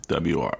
WR